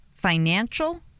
financial